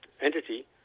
entity